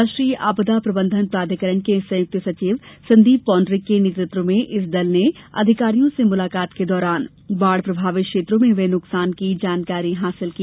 राष्ट्रीय आपदा प्रबंधन प्राधिकरण के संयुक्त सचिव संदीप पौण्डरिक के नेतृत्व में इस दल ने अधिकारियों से मुलाकात के दौरान बाढ़ प्रभावित क्षेत्रों में हुये नुकसान की जानकारी हासिल की